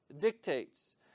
Dictates